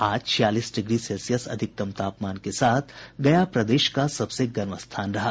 आज छियालीस degree Celsius अधिकतम तापमान के साथ गया प्रदेश का सबसे गर्म स्थान रहा